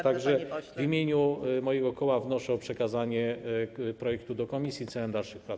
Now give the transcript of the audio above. Tak że w imieniu mojego koła wnoszę o przekazanie projektu do komisji w celu dalszych prac.